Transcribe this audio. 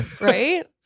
right